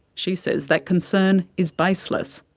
she says that concern is baseless.